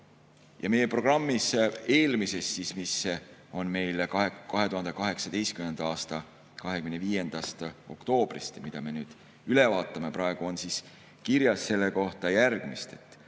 Meie programmis – eelmises, mis on meil 2018. aasta 25. oktoobrist ja mida me nüüd üle vaatame – praegu on kirjas selle kohta järgmist.